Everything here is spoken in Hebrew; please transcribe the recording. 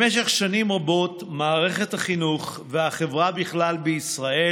במשך שנים רבות מערכת החינוך, החברה בישראל,